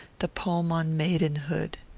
the poem on maidenhood.